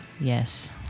Yes